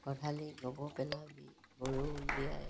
গোহালি গোবৰ পেলাবি গৰু উলিয়াই